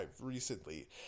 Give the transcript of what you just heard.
recently